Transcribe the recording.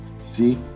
See